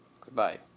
goodbye